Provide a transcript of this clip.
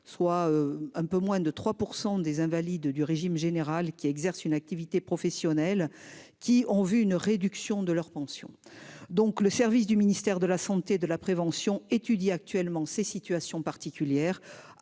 soit un peu moins de 3% des invalides du régime général qui exercent une activité professionnelle, qui ont vu une réduction de leur pension. Donc le service du ministère de la Santé de la prévention étudie actuellement ces situations particulières.